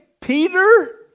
Peter